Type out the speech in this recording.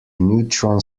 neutron